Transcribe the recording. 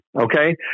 Okay